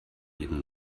jeden